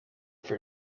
for